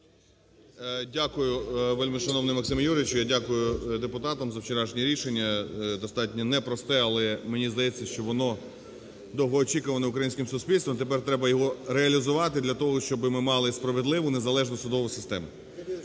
Дякую, вельмишановний Максим Юрійович. Я дякую депутатам за вчорашнє рішення, достатньо непросте, але мені здається, що воно довгоочікуване українським суспільством. Тепер треба його реалізувати для того, щоб ми мали справедливу, незалежну судову систему.